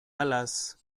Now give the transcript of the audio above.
alas